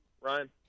Ryan